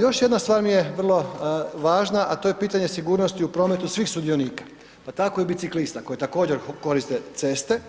Još jedna stvar mi je vrlo važna a to je pitanje sigurnosti u prometu svih sudionika pa tako i biciklista koji također koriste ceste,